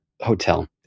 hotel